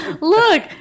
Look